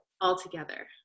altogether